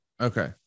okay